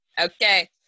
Okay